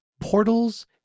Portals